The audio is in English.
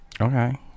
Okay